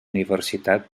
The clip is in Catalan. universitat